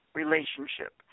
relationship